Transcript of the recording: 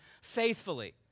faithfully